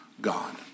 God